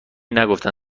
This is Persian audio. نگفتن